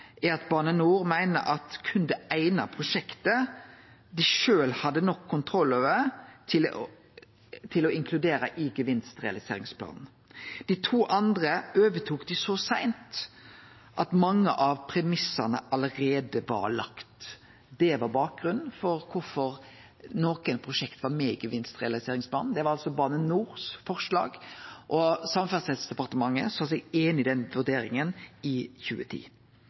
er at Bane NOR meiner det berre er det eine prosjektet dei sjølve hadde nok kontroll over til å inkludere i gevinstrealiseringsplanen. Dei to andre overtok dei så seint at mange av premissa allereie var lagde. Det var bakgrunnen for kvifor nokre prosjekt var med i gevinstrealiseringsplanen. Det var altså Bane NORs forslag, og Samferdselsdepartementet sa seg einig i den vurderinga i 2010.